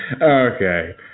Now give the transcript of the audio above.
okay